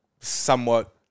somewhat